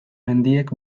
mendiek